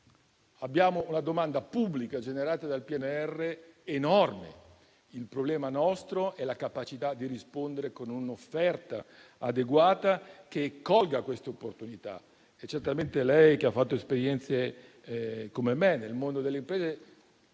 Abbiamo una domanda pubblica generata dal PNRR enorme. Il problema nostro è la capacità di rispondere con un'offerta adeguata, che colga quest'opportunità. Certamente lei, che ha fatto esperienze come me nel mondo delle imprese,